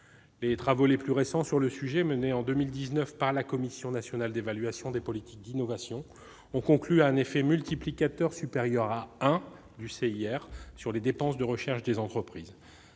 Les travaux les plus récents sur le sujet, menés en 2019 par la Commission nationale d'évaluation des politiques d'innovation, ont conclu à un effet multiplicateur supérieur à 1 du CIR sur les dépenses de recherche des entreprises.